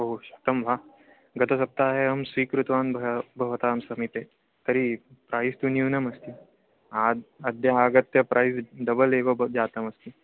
ओ शतं वा गतसप्ताहे अहं स्वीकृतवान् भ भवतां समीपे तर्हि प्रैस् तु न्यूनमस्ति अद्य अद्य आगत्य प्रैस् डबल् एव ब जातमस्ति